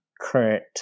current